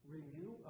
Renew